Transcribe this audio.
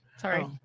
sorry